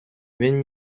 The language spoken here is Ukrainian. він